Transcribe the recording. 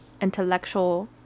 intellectual